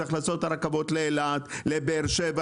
צריך לעשות את הרכבות לאילת, לבאר שבע.